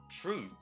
truth